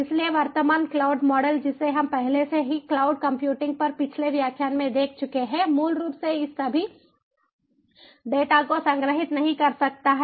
इसलिए वर्तमान cloud model जिसे हम पहले ही क्लाउड कंप्यूटिंग पर पिछले व्याख्यान में देख चुके हैं मूल रूप से इन सभी डेटा को संग्रहीत नहीं कर सकता है